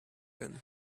than